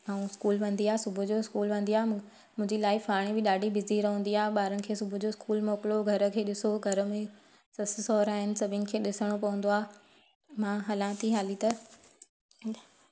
ऐं स्कूल वेंदी आहे सुबुह जो स्कूल वेंदी आहे मुक मुंहिंजी लाइफ हाणे बि ॾाढी बिज़ी रहंदी आहे ॿारनि खे सुबुह जो स्कूल मोकिलियो घर खे ॾिसो घर में ससु सहुरा आहिनि सभिनि खे ॾिसिणो पवंदो आहे मां हलां थी हाली त